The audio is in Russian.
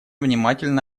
внимательно